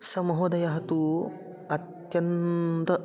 सः महोदयः तु अत्यन्तम्